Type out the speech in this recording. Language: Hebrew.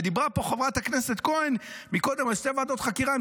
ודיברה פה חברת הכנסת כהן מקודם על שתי ועדות חקירה,